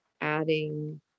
adding